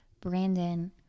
Brandon